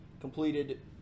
completed